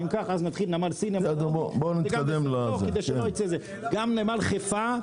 גם נמל חיפה,